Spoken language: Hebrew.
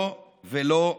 לא ולא ולא.